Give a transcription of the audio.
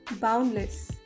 boundless